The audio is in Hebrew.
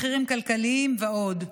מחירים כלכליים ועוד.